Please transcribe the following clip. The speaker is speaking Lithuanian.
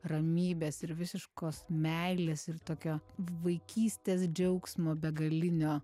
ramybės ir visiškos meilės ir tokio vaikystės džiaugsmo begalinio